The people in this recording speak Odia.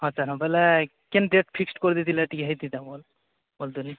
ହଁ ସାର୍ ହଁ ବୋଇଲେ କେନ୍ ଡେଟ୍ ଫିକ୍ସଡ଼ କରି ଦେଇଥିଲେ ଟିକେ ହେଇଥିତା ମୋର ବୋଲ୍ତ ନାଇଁ